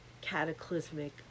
cataclysmic